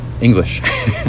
English